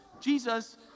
Jesus